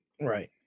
Right